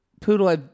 Poodle